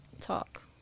talk